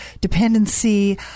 dependency